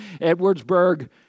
Edwardsburg